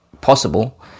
possible